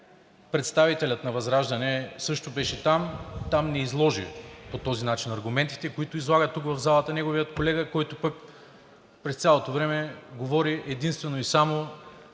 Представителят на ВЪЗРАЖДАНЕ също беше там, и там не изложи по този начин аргументите, които излага в залата неговият колега, който пък през цялото време говори единствено и само